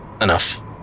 enough